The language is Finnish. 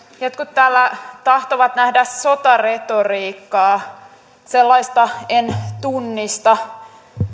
jotkut täällä tahtovat nähdä sotaretoriikkaa sellaista en tunnista